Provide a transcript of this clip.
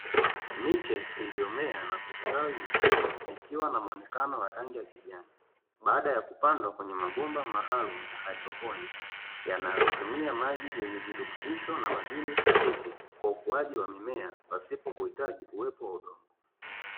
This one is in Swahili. Miche iliyomea na kustawi vizuri, ikiwa na mwonekano wenye rangi ya kijani, baada ya kupandwa kwenye mabomba maalumu ya haidroponi, yanayotumia maji yenye virutubisho na madini stahiki kwa ukuaji wa mimea pasipo kuhitaji uwepo wa udongo.